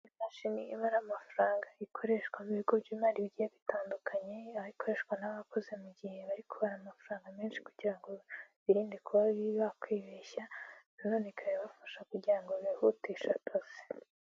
Imashini ibara amafaranga, ikoreshwa mu bigo by'imari bigiye bitandukanye, aho ikoreshwa n'abakoze mu gihe bari kubara amafaranga menshi kugira ngo birinde kuba bakwibeshya, nanone ikaba ibafasha kugira ngo bihutishe akazi.